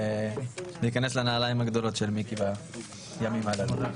להיכנס לנעליים הגדולות של מיקי בימים הללו.